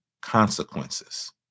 consequences